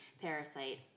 Parasite